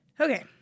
Okay